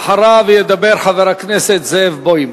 אחריו ידבר חבר הכנסת זאב בוים.